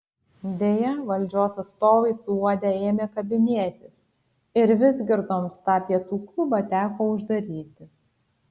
deja valdžios atstovai suuodę ėmė kabinėtis ir vizgirdoms tą pietų klubą teko uždaryti